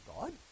God